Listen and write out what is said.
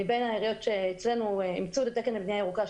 מבין העיריות שאצלנו אמצו את התקן של הבנייה הירוקה,